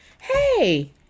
Hey